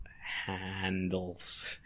handles